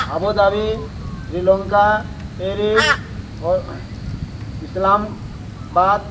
Abu Dhabi Sri Lanka Paris Islamabad